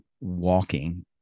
walking